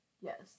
yes